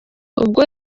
ubwo